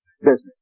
business